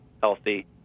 healthy